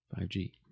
5G